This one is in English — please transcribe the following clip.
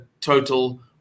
total